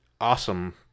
awesome